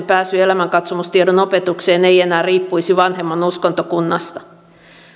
pääsy elämänkatsomustiedon opetukseen ei enää riippuisi vanhemman uskontokunnasta